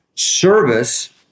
service